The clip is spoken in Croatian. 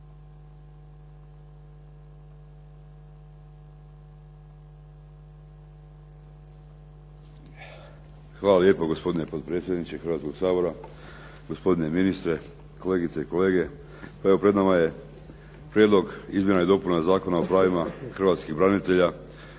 Hvala lijepo. Gospodine potpredsjedniče Hrvatskoga sabora, gospodine ministre, kolegice i kolege. Pred nama je Prijedlog izmjena i dopuna Zakona o pravima hrvatskih branitelja